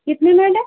कितने मैडम